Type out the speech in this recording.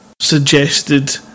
suggested